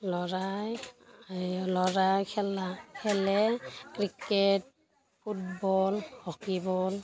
ল'ৰাই এই ল'ৰাই খেলা খেলে ক্ৰিকেট ফুটবল হকী বল